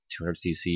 200cc